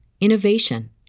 innovation